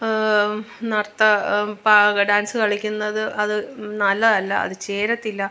നർത്ത പാകെ ഡാൻസ് കളിക്കുന്നത് അത് നല്ലതല്ല അത് ചേരത്തില്ല